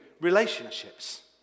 relationships